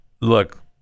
look